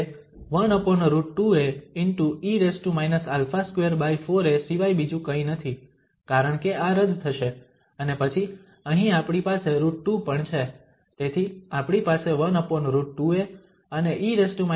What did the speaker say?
જે 1√✕e α24a સિવાય બીજું કંઇ નથી કારણ કે આ રદ થશે અને પછી અહીં આપણી પાસે √2 પણ છે તેથી આપણી પાસે 1√ અને e α24a છે